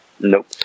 Nope